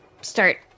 start